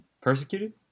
persecuted